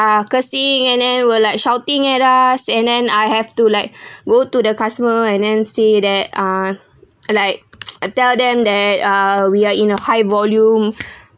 uh cursing and then were like shouting at us and then I have to like go to the customer and then say that ah like tell them that ah we are in a high volume